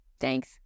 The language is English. Thanks